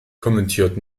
kommentiert